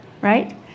right